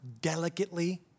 delicately